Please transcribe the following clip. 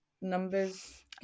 numbers